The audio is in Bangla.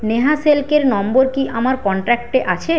নেহা শেল্কের নম্বর কি আমার কন্ট্যাক্টে আছে